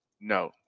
No